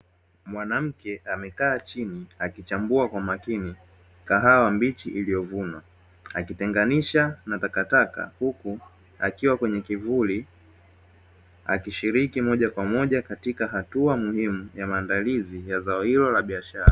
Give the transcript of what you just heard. Mwanamke amekaa chini akichambua kwa makini kahawa mbichi zilizovunwa, akitengenisha na takataka, huku akiwa kwenye kivuli, akishiriki moja kwa moja katika hatua muhimu ya maandalizi ya zao hilo la biashara.